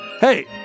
hey